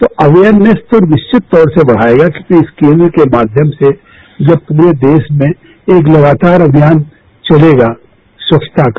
तो अवेरनेश को निर्शक्त तौर से बद्गायेगा कि इस केन्द्र के माध्यम से जब पूरे देश में एक तगातार अभियान चलेगा स्वच्छता का